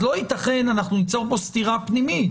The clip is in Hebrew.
ניצור פה סתירה פנימית.